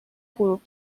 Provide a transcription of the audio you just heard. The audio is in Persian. غروب